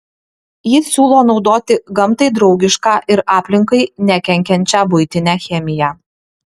jis siūlo naudoti gamtai draugišką ir aplinkai nekenkiančią buitinę chemiją